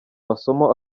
masomo